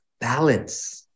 balance